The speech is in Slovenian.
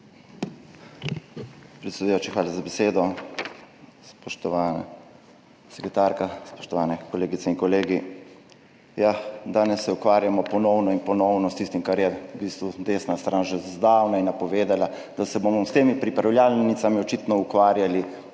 Predsedujoči, hvala za besedo. Spoštovana sekretarka, spoštovane kolegice in kolegi! Danes se ukvarjamo ponovno in ponovno s tistim, kar je v bistvu desna stran že zdavnaj napovedala – da se bomo s temi pripravljalnicami očitno ukvarjali